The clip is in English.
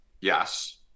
Yes